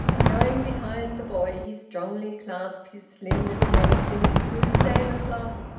and, going behind the boy, he strongly clasped his slim little waist in its blue sailor-cloth,